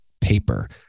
paper